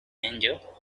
angel